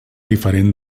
diferent